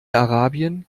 arabien